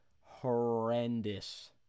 horrendous